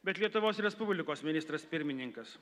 bet lietuvos respublikos ministras pirmininkas